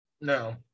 No